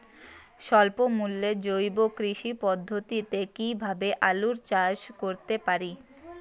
স্বল্প মূল্যে জৈব কৃষি পদ্ধতিতে কীভাবে আলুর চাষ করতে পারি?